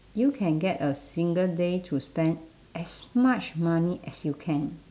you can get a single day to spend as much money as you can